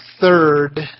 third